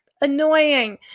annoying